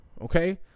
okay